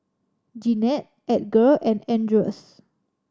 Jeanette Edgar and Andreas